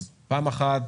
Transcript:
אז פעם אחת